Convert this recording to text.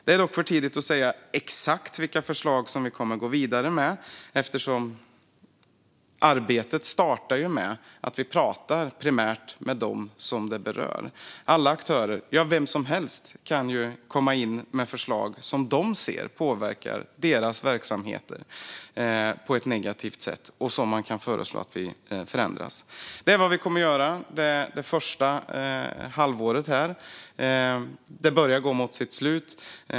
Det är dock för tidigt att säga exakt vilka förslag vi kommer att gå vidare med, för arbetet startar ju med att vi pratar primärt med dem det berör. Alla aktörer - ja, vem som helst - kan komma in med förslag om sådant de ser påverkar deras verksamheter på ett negativt sätt och där det kan föreslås förändringar. Detta är vad vi kommer att göra under det första halvåret, vilket börjar gå mot sitt slut.